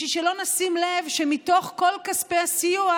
בשביל שלא נשים לב שמתוך כל כספי הסיוע